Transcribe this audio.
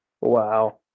Wow